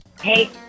Hey